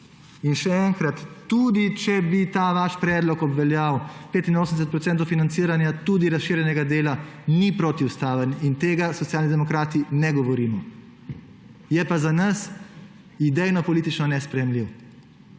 In še enkrat, tudi če bi ta vaš predlog obveljal, 85 % financiranje tudi razširjenega dela, ni protiustaven in tega Socialni demokrati ne govorimo. Je pa za nas idejnopolitično nesprejemljiv,